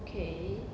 okay